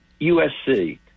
USC